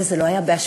וזה לא היה באשמתו.